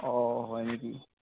অ হয় নেকি